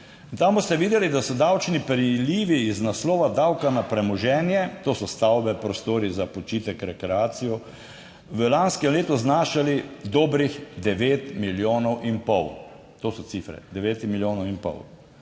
tam boste videli, da so davčni prilivi iz naslova davka na premoženje, to so stavbe, prostori za počitek, rekreacijo, v lanskem letu znašali dobrih devet milijonov in pol - to so cifre, devet milijonov in pol